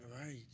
Right